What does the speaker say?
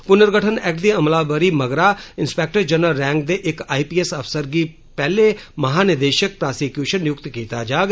पुनर्गठन एक्ट दी अमलावरी मगरा इंस्पेक्टर जनरल रैंक दे इक आई पी एस अफसर गी पैहले महानिदेशक प्रासीक्यूशन नियुक्त कीता जाग